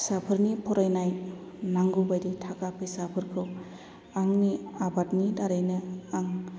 फिसाफोरनि फरायनाय नांगौ बादि थाखा फैसाफोरखौ आंनि आबादनि दारैनो आं